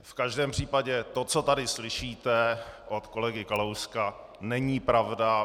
V každém případě to, co tady slyšíte od kolegy Kalouska, není pravda.